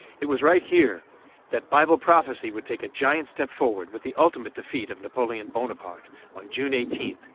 it was right here that bible prophecy would take a giant step forward with the ultimate defeat of napoleon bonaparte on june eighteen,